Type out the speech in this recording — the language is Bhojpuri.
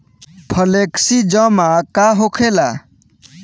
फ्लेक्सि जमा का होखेला?